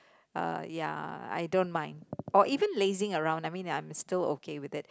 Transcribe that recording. uh ya I don't mind or even lazing around I mean I'm still okay with it